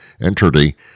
entity